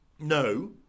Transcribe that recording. No